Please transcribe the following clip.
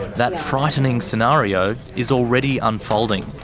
that frightening scenario is already unfolding.